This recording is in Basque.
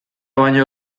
baino